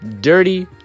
dirty